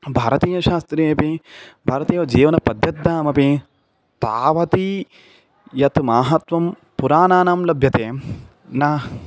भारतीयशास्त्रे अपि भारतीयजीवनपद्धत्यामपि तावत् यत् महत्त्वं पुराणानां लभ्यते न